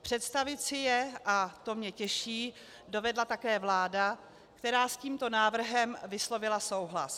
Představit si je, a to mě těší, dovedla také vláda, která s tímto návrhem vyslovila souhlas.